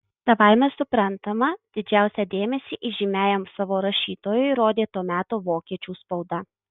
savaime suprantama didžiausią dėmesį įžymiajam savo rašytojui rodė to meto vokiečių spauda